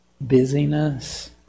busyness